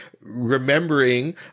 remembering